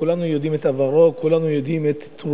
כולנו יודעים את עברו,